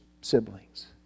siblings